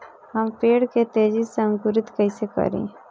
हम पेड़ के तेजी से अंकुरित कईसे करि?